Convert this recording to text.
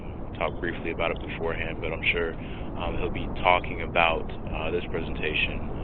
talked briefly about it beforehand, but i'm sure he'll be talking about this presentation,